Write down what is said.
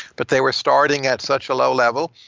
but they were starting at such a low level.